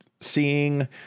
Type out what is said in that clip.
seeing